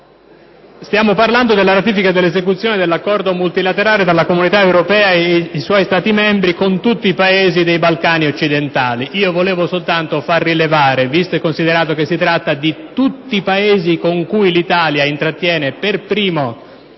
stiamo parlando della ratifica e dell'esecuzione dell'Accordo multilaterale della Comunità europea ed i suoi Stati membri con tutti i Paesi dei Balcani occidentali. Volevo soltanto far rilevare, visto e considerato che si tratta di tutti Paesi con cui l'Italia intrattiene importanti